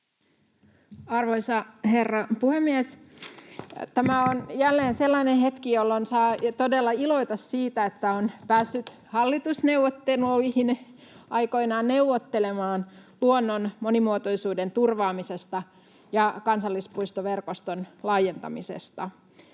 Arvoisa herra puhemies! Tämä on jälleen sellainen hetki, jolloin saa todella iloita siitä, että on päässyt hallitusneuvotteluihin aikoinaan neuvottelemaan luonnon monimuotoisuuden turvaamisesta ja kansallispuistoverkoston laajentamisesta.